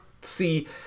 see